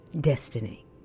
destiny